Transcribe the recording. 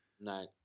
No